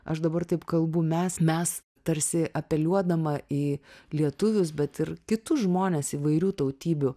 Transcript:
aš dabar taip kalbu mes mes tarsi apeliuodama į lietuvius bet ir kitus žmones įvairių tautybių